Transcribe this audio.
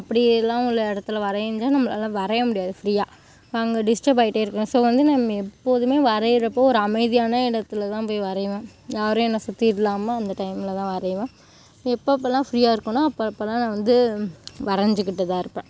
அப்படிலாம் உள்ள இடத்துல வரைஞ்சும் நம்மளால வரைய முடியாது ஃப்ரீயாக நாங்கள் டிஸ்டப்பாகிட்டே இருக்கும் ஸோ வந்து நம்ம எப்போதுமே வரைகிறப்போ ஒரு அமைதியான இடத்துலதான் போய் வரைவேன் யாரும் என்னை சுற்றி இல்லாமல் அந்த டைமில்தான் வரைவேன் எப்பெப்பலாம் ஃப்ரீயாக இருக்கேனோ அப்பெப்பலாம் நான் வந்து வரைஞ்சிகிட்டுதான் இருப்பேன்